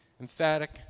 emphatic